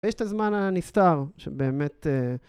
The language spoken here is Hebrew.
ויש את הזמן הנסתר, שבאמת...